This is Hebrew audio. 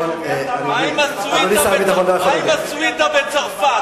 אדוני שר הביטחון, מה עם הסוויטה בצרפת?